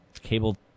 cable